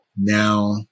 now